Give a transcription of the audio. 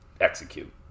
execute